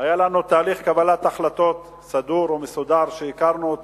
היה לנו תהליך קבלת החלטות סדור ומסודר שהכרנו,